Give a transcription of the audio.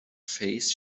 face